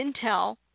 intel